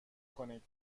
کنید